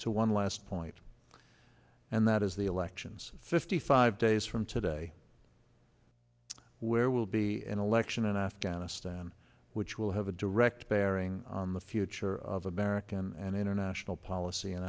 to one last point and that is the elections fifty five days from today where will be an election in afghanistan which will have a direct bearing on the future of american and international policy in